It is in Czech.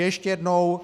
Ještě jednou.